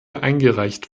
eingereicht